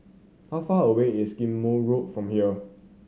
how far away is Ghim Moh Road from here